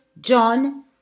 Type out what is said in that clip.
John